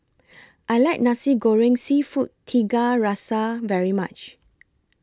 I like Nasi Goreng Seafood Tiga Rasa very much